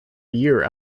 year